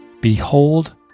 Behold